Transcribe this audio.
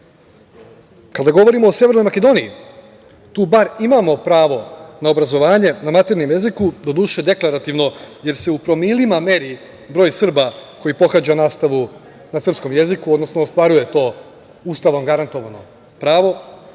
govorimo o Severnoj Makedoniji, tu bar imamo pravo na obrazovanje na maternjem jeziku, doduše deklarativno, jer se u promilima meri broj Srba koji pohađa nastavu na srpskom jeziku, odnosno ostvaruje to Ustavom garantovano pravo.